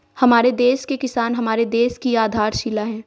हमारे देश के किसान हमारे देश की आधारशिला है